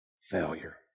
failure